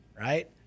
right